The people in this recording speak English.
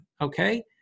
okay